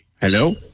Hello